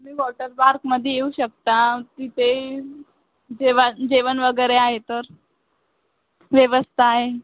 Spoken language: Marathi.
तुम्ही वॉटर पार्कमध्ये येऊ शकता तिथे जेवण जेवण वगैरे आहे तर व्यवस्था आहे